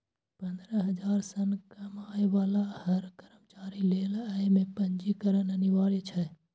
पंद्रह हजार सं कम आय बला हर कर्मचारी लेल अय मे पंजीकरण अनिवार्य छै